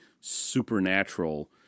supernatural